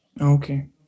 Okay